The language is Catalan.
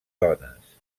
dones